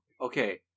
Okay